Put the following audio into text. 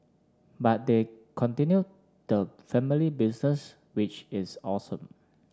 but they've continued the family business which is awesome